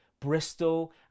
Bristol